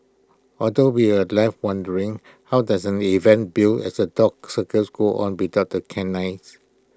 although we're left wondering how does an event billed as A dog circus go on without the canines